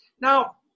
Now